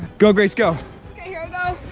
go grace, go. okay, here i go.